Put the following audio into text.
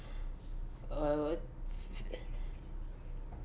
uh